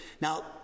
Now